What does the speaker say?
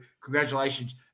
congratulations